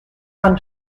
man